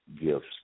gifts